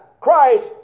Christ